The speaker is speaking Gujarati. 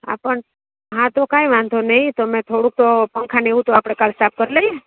હા પણ હા તો કાંઈ વાંધો નહીં તમે થોડુંક તો પંખા ને એવું તો આપણે કાલ સાફ કરી લઈએ